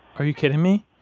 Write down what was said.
are you kidding me?